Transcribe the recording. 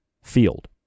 field